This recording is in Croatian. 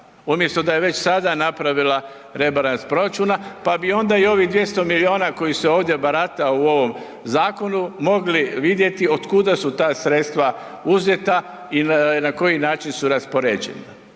umjesto da je već sada napravila rebalans proračuna pa bi onda i ovih 200 milijuna koji se ovdje barata u ovom zakonu, mogli vidjeti otkuda su ta sredstva uzeta i na koji način su raspoređeni.